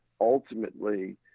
ultimately